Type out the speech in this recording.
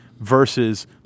versus